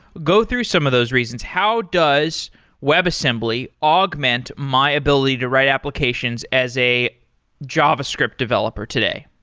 go through some of those reasons. how does webassembly augment my ability to write applications as a javascript developer today?